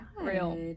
Real